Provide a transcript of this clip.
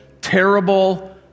terrible